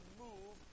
move